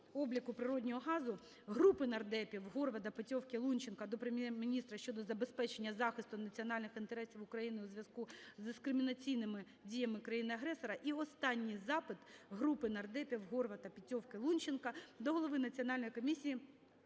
обліку природного газу. Групи нардепів (Горвата, Петьовки, Лунченка) до Прем'єр-міністра щодо забезпечення захисту національних інтересів України у зв'язку з дискримінаційними діями країни-агресора. І останній запит. Групи нардепів (Горвата, Петьовки, Лунченка) до Голови Національної комісії,